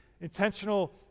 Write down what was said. Intentional